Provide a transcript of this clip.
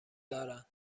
دارند